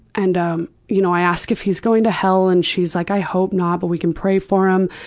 and um you know i ask if he's going to hell and she's like, i hope not, but we can pray for him.